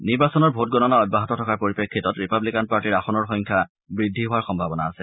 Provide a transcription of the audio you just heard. নিৰ্বাচনৰ ভোট গণনা অব্যাহত থকাৰ পৰিপ্ৰেক্ষিতত ৰিপাব্লিকান পাৰ্টিৰ আসনৰ সংখ্যা বৃদ্ধি হোৱাৰ সম্ভাৱনা আছে